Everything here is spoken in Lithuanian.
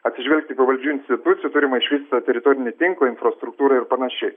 atsižvelgti į pavaldžių institucijų turimą išvystytą teritorinį tinklą infrastruktūrą ir panašiai